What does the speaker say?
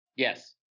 Yes